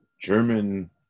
German